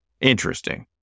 interesting